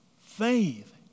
Faith